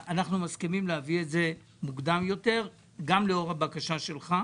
אנחנו מסכימים להביא את זה מוקדם יותר גם לאור הבקשה שלך,